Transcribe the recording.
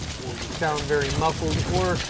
or, you sound very muffled. or,